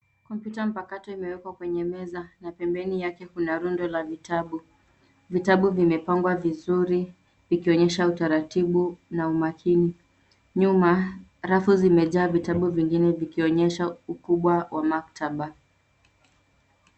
Kompyuta mpakato imewekwa kwenye meza na pembeni yake kuna rundo la vitabu. Vitabu vimepangwa vizuri vikionyesha utaratibu na umakini. Nyuma rafu zimejaa vitabu vingine vikionyesha ukubwa wa maktaba.